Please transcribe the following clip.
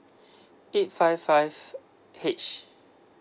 eight five five H